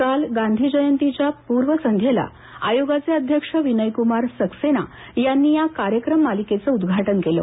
काल गांधी जयंतीच्या पूर्वसंध्येला आयोगाचे अध्यक्ष विनयक्रमार सक्सेना यांनी या कार्यक्रम मालिकेचं उद्घाटन केलं